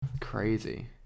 Crazy